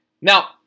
Now